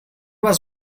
was